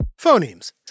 Phonemes